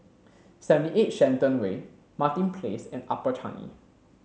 seventy eight Shenton Way Martin Place and Upper Changi